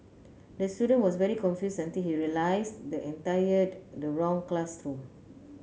the student was very confused until he realised the entire the wrong classroom